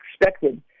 expected